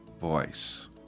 voice